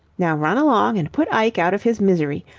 now run along and put ike out of his misery.